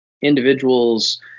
individuals